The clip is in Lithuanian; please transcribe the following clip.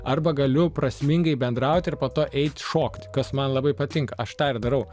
arba galiu prasmingai bendrauti ir po to eit šokt kas man labai patinka aš tą ir darau